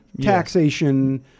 taxation